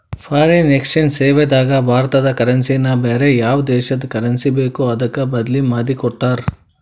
foreign exchange ಸೇವಾದಾಗ ಭಾರತದ currency ನ ಬ್ಯಾರೆ ಯಾವ್ ದೇಶದ್ ಕರೆನ್ಸಿ ಬೇಕೊ ಅದಕ್ಕ ಬದ್ಲಿಮಾದಿಕೊಡ್ತಾರ್